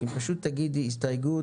פשוט תגידי הסתייגות,